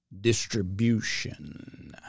Distribution